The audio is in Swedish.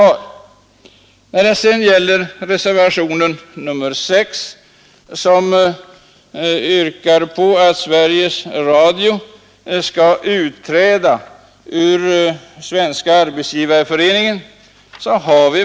tåelse för våra åsikter.” Reservationen 6 yrkar på att Sveriges Radio skall utträda ur Svenska arbetsgivareföreningen.